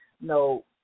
no